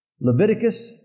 Leviticus